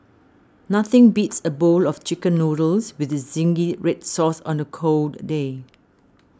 nothing beats a bowl of Chicken Noodles with Zingy Red Sauce on a cold day